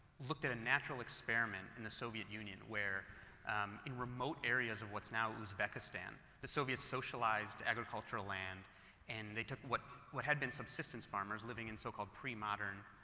looked at a natural experiment in the soviet union where in remote areas of what's now uzbekistan. the soviet socialized agricultural land and they took what what had been subsistence farmers living in so called, premodern